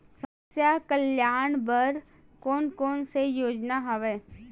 समस्या कल्याण बर कोन कोन से योजना हवय?